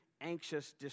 anxious